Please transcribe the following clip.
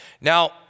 Now